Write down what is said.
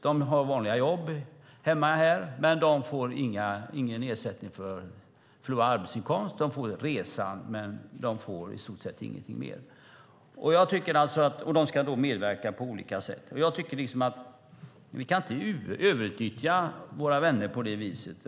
De har vanliga jobb här hemma, men de får ingen ersättning för förlorad arbetsinkomst. De får resan, men de får i stort sett ingenting mer. De ska medverka på olika sätt. Jag tycker inte att vi kan överutnyttja våra vänner på det viset.